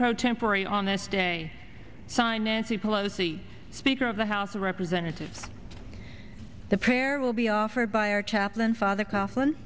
pro tempore on this day sign nancy pelosi speaker of the house of representatives the pair will be offered by our chaplain father kauffman